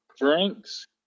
drinks